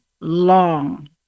long